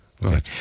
Right